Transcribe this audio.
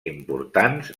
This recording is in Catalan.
importants